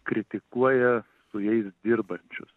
kritikuoja su jais dirbančius